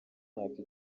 myaka